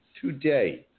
Today